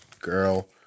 girl